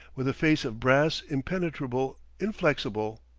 with a face of brass, impenetrable, inflexible.